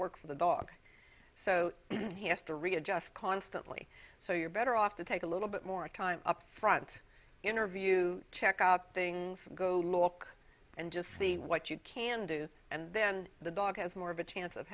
work for the dog so he has to readjust constantly so you're better off to take a little bit more time up front interview check up things go look and just see what you can do and then the dog has more of a chance of